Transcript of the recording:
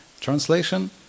Translation